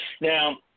Now